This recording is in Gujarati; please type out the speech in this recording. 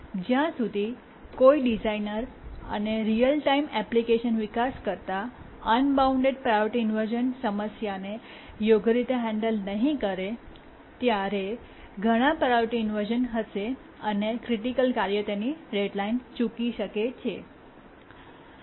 જ્યાં સુધી કોઈ ડિઝાઇનર અને રીઅલ ટાઇમ એપ્લિકેશન વિકાસકર્તા અનબાઉન્ડ પ્રાયોરિટી ઇન્વર્શ઼ન સમસ્યાને યોગ્ય રીતે હેન્ડલ નહીં કરે તો ત્યાં ઘણા પ્રાયોરિટી ઇન્વર્શ઼ન હશે અને ક્રિટિકલ કાર્ય તેની ડેડલાઇન ચૂકી શકે છે